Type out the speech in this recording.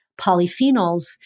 polyphenols